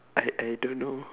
I I don't know